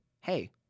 hey